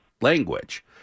language